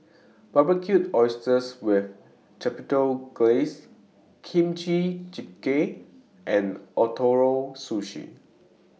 Barbecued Oysters with Chipotle Glaze Kimchi Jjigae and Ootoro Sushi